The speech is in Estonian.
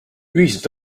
ühiselt